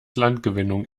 landgewinnung